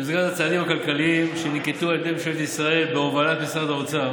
במסגרת הצעדים הכלכליים שננקטו על ידי ממשלת ישראל בהובלת משרד האוצר